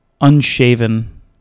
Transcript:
unshaven